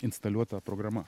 instaliuota programa